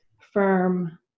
firm